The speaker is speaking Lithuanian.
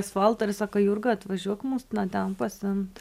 asfaltą ir sako jurga atvažiuok mūsų nuo ten pasiimt